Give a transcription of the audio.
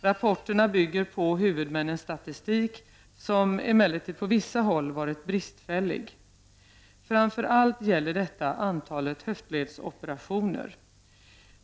Rapporterna bygger på huvudmännens statistik, som emellertid på vissa håll varit bristfällig. Framför allt gäller detta antalet höftledsoperationer.